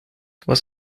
was